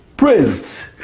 praised